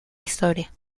historia